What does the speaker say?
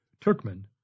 Turkmen